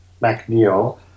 McNeil